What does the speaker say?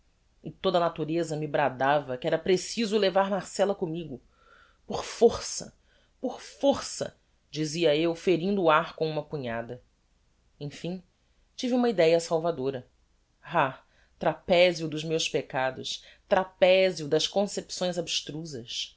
e toda a natureza me bradava que era preciso levar marcella commigo por força por força dizia eu ferindo o ar com uma punhada emfim tive uma idéa salvadora ah trapezio dos meus peccados trapezio das concepções abstrusas